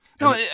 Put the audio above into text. No